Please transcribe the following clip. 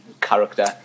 character